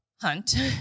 hunt